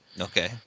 Okay